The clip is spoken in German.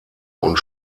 und